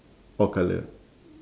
or colour